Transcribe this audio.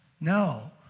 No